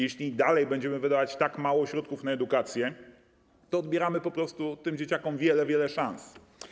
Jeśli dalej będziemy wydawać tak mało środków na edukację, to odbierzemy po prostu tym dzieciakom wiele, wiele szans.